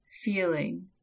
feeling